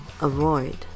avoid